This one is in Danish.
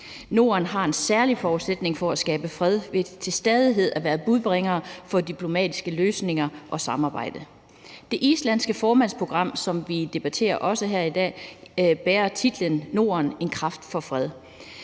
Norden har en særlig forudsætning for at skabe fred ved til stadighed at være budbringer for diplomatiske løsninger og samarbejde. Det islandske formandsprogram, som vi også debatterer her i dag, bærer titlen »Norden – en kraft for fred«.